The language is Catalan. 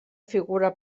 figura